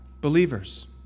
believers